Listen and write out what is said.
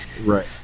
Right